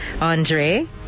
Andre